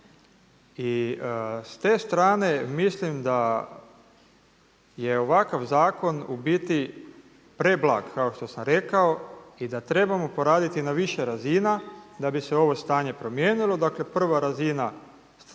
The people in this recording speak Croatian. s te strane mislim da je ovakav zakon u biti preblag kao što sam rekao i da trebamo poraditi na više razina da bi se ovo stanje promijenilo. Dakle, prva razina